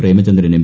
Premachandran M